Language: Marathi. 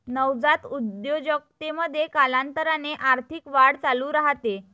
नवजात उद्योजकतेमध्ये, कालांतराने आर्थिक वाढ चालू राहते